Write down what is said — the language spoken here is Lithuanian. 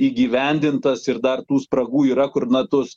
įgyvendintas ir dar tų spragų yra kur na tos